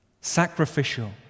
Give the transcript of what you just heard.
sacrificial